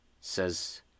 says